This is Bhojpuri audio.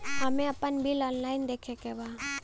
हमे आपन बिल ऑनलाइन देखे के बा?